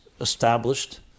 established